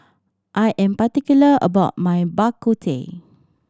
I am particular about my Bak Kut Teh